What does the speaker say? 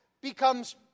becomes